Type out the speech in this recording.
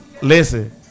Listen